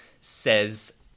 says